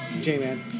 J-Man